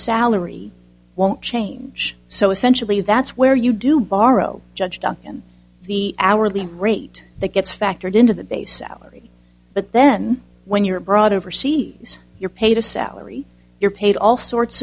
salary won't change so essentially that's where you do borrow judge doc and the hourly rate that gets factored into the base salary but then when you're brought overseas you're paid a salary you're paid all sorts